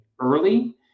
early